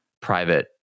private